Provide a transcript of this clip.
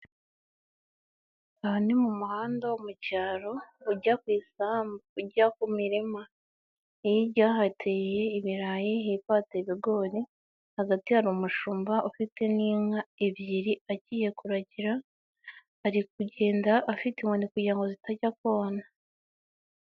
Aha ni mu muhanda wo mu cyaro ujya ku i izambu, ujya ku mirima. Hirya hateye ibirayi hepfo hateye ibigori. Hagati hari umushumba ufite n'inka ebyiri agiye kuragira, ari kugenda afite inkoni kugira ngo zitajya kona.